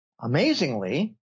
Amazingly